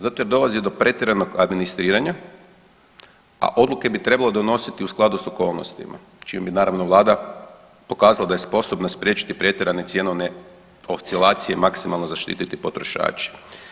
Zato jer dolazi do pretjeranog administriranja, a odluke bi trebalo donositi u skladu s okolnostima čime bi naravno vlada pokazala da je sposobna spriječiti pretjerane cjenovne oscilacije i maksimalno zaštiti potrošače.